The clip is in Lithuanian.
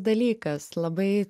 dalykas labai